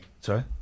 Sorry